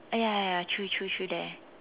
oh ya ya ya true true true that